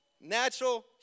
natural